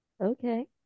Okay